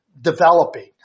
developing